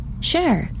Sure